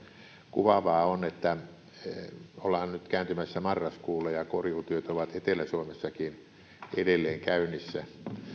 kuvaavaa on että nyt ollaan kääntymässä marraskuulle ja korjuutyöt ovat etelä suomessakin edelleen käynnissä